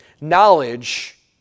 Knowledge